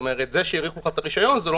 כלומר זה שהאריכו לך את הרשיון זה לא